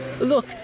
Look